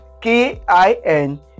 K-I-N